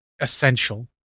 essential